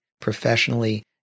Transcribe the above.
professionally